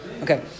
okay